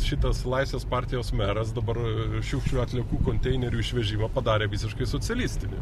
šitas laisvės partijos meras dabar šiukšlių atliekų konteinerių išvežimą padarė visiškai socialistinį